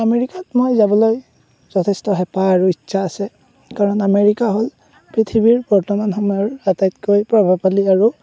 আমেৰিকাত মই যাবলৈ যথেষ্ট হেপাহ আৰু ইচ্ছা আছে কাৰণ আমেৰিকা হ'ল পৃথিৱীৰ বৰ্তমান সময়ৰ আটাইতকৈ প্ৰভাৱশালী আৰু